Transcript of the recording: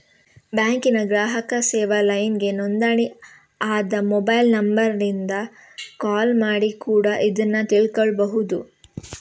ಬ್ಯಾಂಕಿನ ಗ್ರಾಹಕ ಸೇವಾ ಲೈನ್ಗೆ ನೋಂದಣಿ ಆದ ಮೊಬೈಲ್ ನಂಬರಿಂದ ಕಾಲ್ ಮಾಡಿ ಕೂಡಾ ಇದ್ನ ತಿಳ್ಕೋಬಹುದು